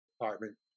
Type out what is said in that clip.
apartment